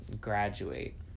graduate